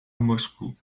moscou